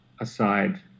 aside